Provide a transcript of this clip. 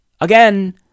again